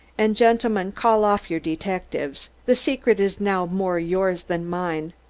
and, gentlemen, call off your detectives. the secret is now more yours than mine.